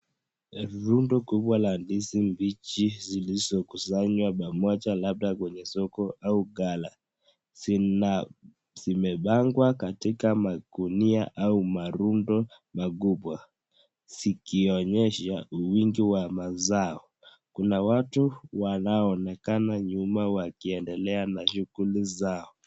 Rundo kubwa la ndizi mbichi zilizokusanya pamoja labda kwenye soko au gala. Zimepangwa katika magunia au marundo makubwa zikionyesha wingi wa mazao. Kuna watu wanaoonekana nyuma wakiendelea na shughuli zao.